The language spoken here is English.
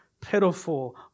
pitiful